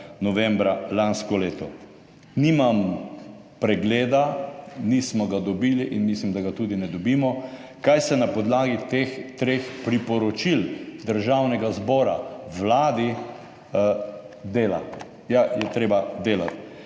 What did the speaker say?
novembra lansko leto. Nimam pregleda, nismo ga dobili in mislim, da ga tudi ne dobimo. Kaj se na podlagi teh treh priporočil Državnega zbora Vladi dela. Ja, je treba delati.